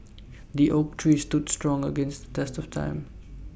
the oak tree stood strong against the test of time